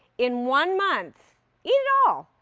in one month eat it all.